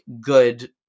good